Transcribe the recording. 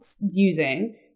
using